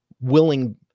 willing